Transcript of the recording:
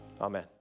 Amen